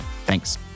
Thanks